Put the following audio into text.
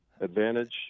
advantage